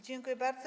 Dziękuję bardzo.